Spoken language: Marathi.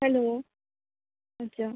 हॅलो अच्छा